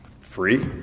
free